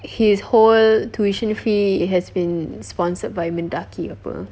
his whole tuition fee has been sponsored by MENDAKI apa